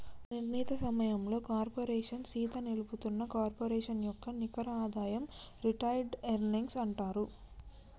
ఒక నిర్ణీత సమయంలో కార్పోరేషన్ సీత నిలుపుతున్న కార్పొరేషన్ యొక్క నికర ఆదాయం రిటైర్డ్ ఎర్నింగ్స్ అంటారు